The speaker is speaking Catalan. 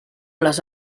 les